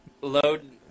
load